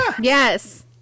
Yes